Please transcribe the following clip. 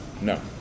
no